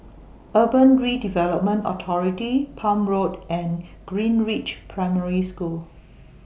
Urban Redevelopment Authority Palm Road and Greenridge Primary School